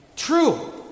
true